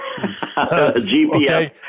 GPS